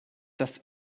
das